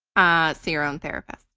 ah see your own therapist.